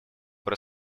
про